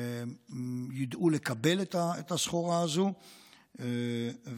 וידעו לקבל את הסחורה הזאת,